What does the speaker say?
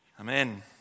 Amen